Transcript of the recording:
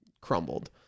crumbled